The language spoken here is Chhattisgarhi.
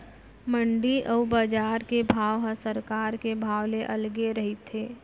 मंडी अउ बजार के भाव ह सरकार के भाव ले अलगे रहिथे